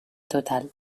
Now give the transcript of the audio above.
total